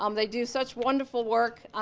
um they do such wonderful work